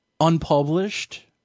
unpublished